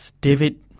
David